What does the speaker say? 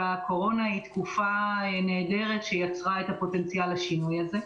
והקורונה היא תקופה נהדרת שיצרה את פוטנציאל השינוי הזה.